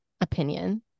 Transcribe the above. opinion